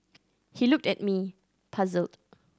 he looked at me puzzled